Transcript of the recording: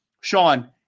Sean